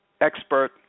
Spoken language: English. expert